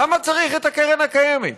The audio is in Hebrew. למה צריך את הקרן הקיימת?